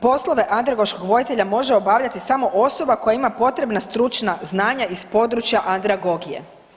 Poslove andragoškog voditelja može obavljati samo osoba koja ima potrebna stručna znanja iz područja andragogije.